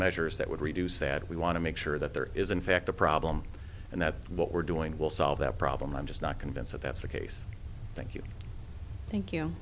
measures that would reduce that we want to make sure that there is in fact a problem and that what we're doing will solve that problem i'm just not convinced that that's the case thank you thank you